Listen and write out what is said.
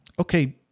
okay